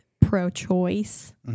pro-choice